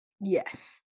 Yes